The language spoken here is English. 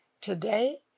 today